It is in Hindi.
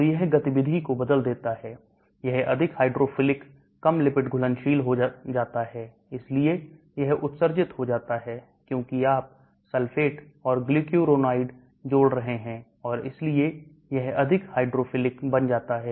तो यह गतिविधि को बदल देता है यह अधिक हाइड्रोफिलिक कम lipid घुलनशील हो जाता है इसलिए यह उत्सर्जित हो जाता है क्योंकि आप sulfate और glucuronide जोड़ रहे हैं और इसलिए यह अधिक हाइड्रोफिलिक बन जाता है